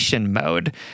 mode